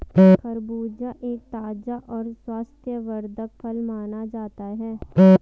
खरबूजा एक ताज़ा और स्वास्थ्यवर्धक फल माना जाता है